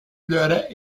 pleuraient